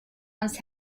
ans